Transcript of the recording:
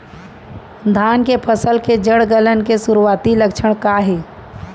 धान के फसल के जड़ गलन के शुरुआती लक्षण का हे?